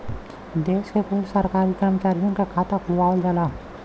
देश के कुल सरकारी करमचारियन क खाता खुलवावल जाला